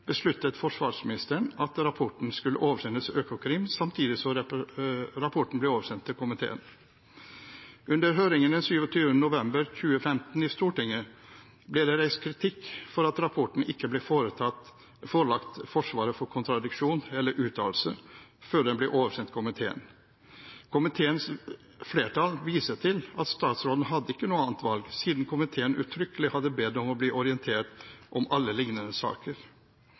besluttet forsvarsministeren at rapporten skulle oversendes Økokrim samtidig som rapporten ble oversendt til komiteen. Under høringen i Stortinget den 27. november 2015 ble det reist kritikk for at rapporten ikke ble forelagt Forsvaret for kontradiksjon, eller uttalelse, før den ble oversendt komiteen. Komiteens flertall viser til at statsråden ikke hadde noe annet valg, siden komiteen uttrykkelig hadde bedt om å bli orientert om alle lignende saker.